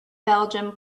belgium